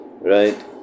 right